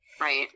Right